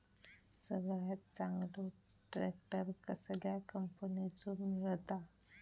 सगळ्यात चांगलो ट्रॅक्टर कसल्या कंपनीचो मिळता?